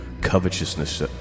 covetousness